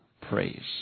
praise